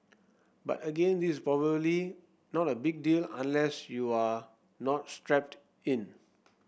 but again this probably not a big deal unless you are not strapped in